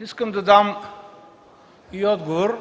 искам да дам и отговор,